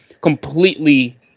completely